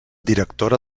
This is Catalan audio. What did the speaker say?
directora